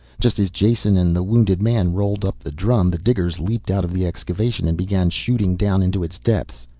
just as jason and the wounded man rolled up the drum the diggers leaped out of the excavation and began shooting down into its depths.